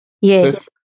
Yes